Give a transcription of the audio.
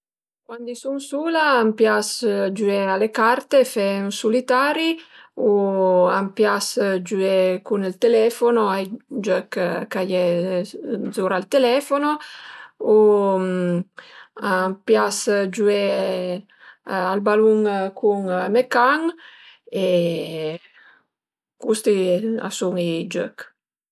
Cuandi i sun sula a m'pias giüé a le carte, fe ën sulitari u a m'pias giüé cun ël telefono ai giöch ch'a ie zura ël telefono u a m'pias giüé al balun cun me can e custi a sun i giöch